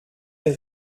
der